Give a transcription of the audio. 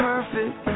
Perfect